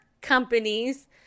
companies